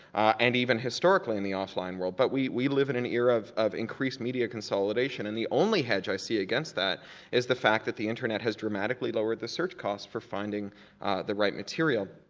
and even historically in the offline world. but we we live in an era of of increased media consolidation and the only hedge i see against that is the fact that the internet has dramatically lowered the surf cost for finding the right material.